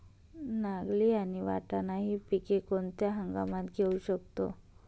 नागली आणि वाटाणा हि पिके कोणत्या हंगामात घेऊ शकतो?